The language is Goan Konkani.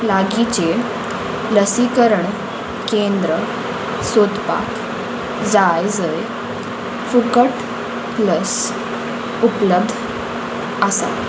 लागींचें लसीकरण केंद्र सोदपाक जाय जंय फुकट लस उपलब्ध आसा